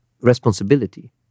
responsibility